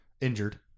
injured